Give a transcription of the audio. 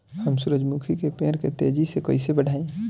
हम सुरुजमुखी के पेड़ के तेजी से कईसे बढ़ाई?